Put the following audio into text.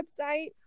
website